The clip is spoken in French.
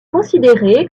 considéré